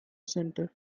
center